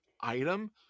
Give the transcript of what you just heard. item